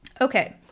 Okay